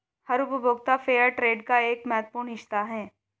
हर उपभोक्ता फेयरट्रेड का एक महत्वपूर्ण हिस्सा हैं